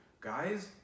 guys